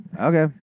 Okay